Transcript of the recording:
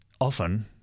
often